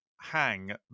hang